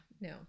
no